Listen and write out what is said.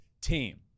team